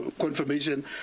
confirmation